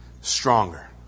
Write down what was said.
stronger